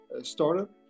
startup